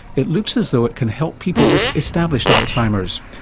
it looks as though it can help people with established alzheimer's.